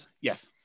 Yes